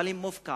אבל הם מופקעים.